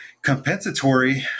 Compensatory